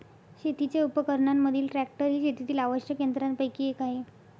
शेतीच्या उपकरणांमधील ट्रॅक्टर हे शेतातील आवश्यक यंत्रांपैकी एक आहे